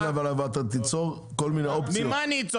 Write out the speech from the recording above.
זה מה שגורם לזה שהמחיר לא יורד.